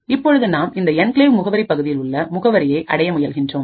இப்பொழுது நாம் இந்த என்கிளேவ் முகவரி பகுதியில் உள்ள முகவரியை அடைய முயல்கின்றோம்